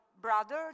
Brother